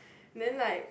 then like